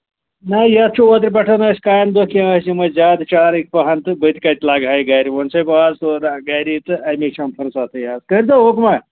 نہ یَتھ چھُ اوٚترٕ پیٚٹھ اَسہِ کامہِ دۄہ کیٚنٛہہ اَسہِ یِمے زیادٕ چارٕے پَہم تہٕ بہٕ تہِ کَتہِ لَگہٕ ہے گرِ وۅنۍ چھُسَے بہٕ از تھوڑا گرِ تہٕ اَمی چھَم فٔرصتھٕے از کٔرۍتَو حُکما